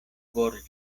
gorĝo